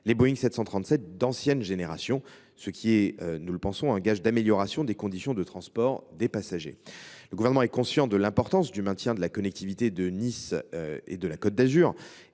les Boeing 737 d’ancienne génération, ce qui est – nous le pensons – un gage d’amélioration des conditions de transport des passagers. Le Gouvernement est conscient de l’importance du maintien de la connectivité de Nice et de la Côte d’Azur.